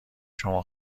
شما